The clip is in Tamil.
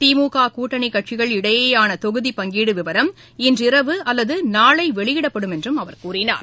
திமுக கூட்டணி கட்சிகள் இடையேயான தொகுதி பங்கீடு விவரம் இன்றிரவு அல்லது நாளை வெளியிடப்படும் என்றும் அவர் கூறினார்